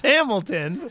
Hamilton